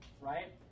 right